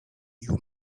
you